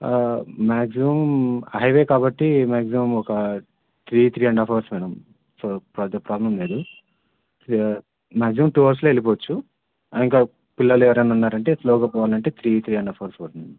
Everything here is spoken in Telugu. మ్యాక్సిమమ్ హైవే కాబట్టి మ్యాక్సిమమ్ ఒక three three and half hours madam so పెద్ద ప్రాబ్లం లేదు మ్యాక్సిమమ్ టూ అవర్స్లో వెళ్ళిపోవచ్చు ఇంకా పిల్లలు ఎవరైనా ఉన్నారంటే స్లోగా పోవాలంటే three three and half hours పడుతుంది